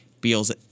Beal's